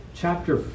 chapter